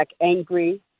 angry